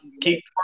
Keep